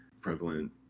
prevalent